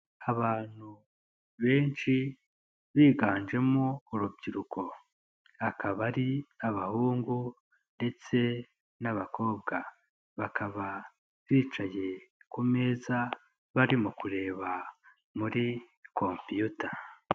Abantu benshi biganjemo urubyiruko. Akaba ari abahungu ndetse n'abakobwa. Bakaba bicaye ku meza, barimo kureba muri Computer.